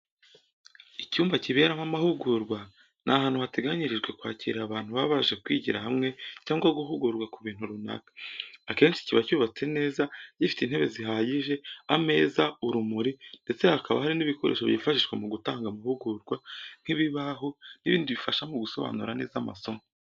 Icyumba kiberamo amahugurwa ni ahantu hateganyirijwe kwakirira abantu baba baje kwigira hamwe cyangwa guhugurwa ku bintu runaka. Akenshi kiba cyubatse neza, gifite intebe zihagije, ameza, urumuri, ndetse hakaba hari n'ibikoresho byifashishwa mu gutanga amahugurwa nk’ikibaho n'ibindi bifasha mu gusobanura neza amasomo.